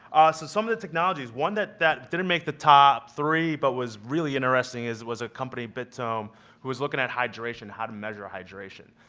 so so of the technologies, one that that didn't make the top three but was really interesting is was a company bit tome who was looking at hydration, how to measure hydration,